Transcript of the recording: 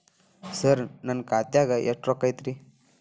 ಸರ ನನ್ನ ಖಾತ್ಯಾಗ ರೊಕ್ಕ ಎಷ್ಟು ಐತಿರಿ?